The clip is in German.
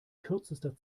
kürzester